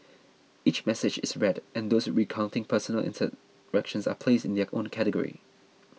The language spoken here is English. each message is read and those recounting personal interactions are placed in their own category